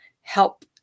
help